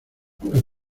los